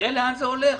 נראה לאן זה הולך.